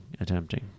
Attempting